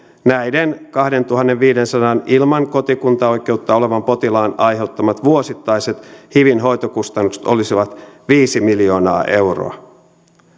näiden kahdentuhannenviidensadan ilman kotikuntaoikeutta olevan potilaan aiheuttamat vuosittaiset hivin hoitokustannukset olisivat viisi miljoonaa euroa